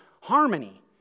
harmony